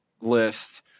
list